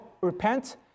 repent